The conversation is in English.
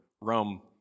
Rome